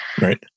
Right